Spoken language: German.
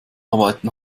arbeiten